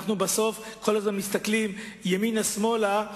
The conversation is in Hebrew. כל הזמן אנחנו מסתכלים ימינה ושמאלה,